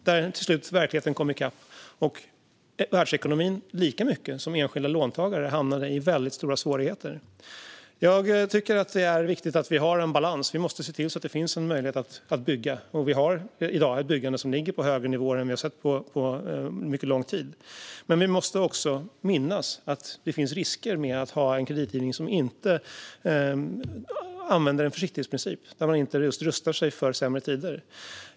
Verkligheten kom till slut i kapp, och världsekonomin, lika mycket som enskilda låntagare, hamnade i väldigt stora svårigheter. Jag tycker att det är viktigt att vi har en balans. Vi måste se till att det finns en möjlighet att bygga, och vi har i dag ett byggande som ligger på högre nivåer än vi har sett på mycket lång tid. Men vi måste också minnas att det finns risker med att ha en kreditgivning där man inte använder en försiktighetsprincip och där man inte rustar för sämre tider.